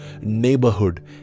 neighborhood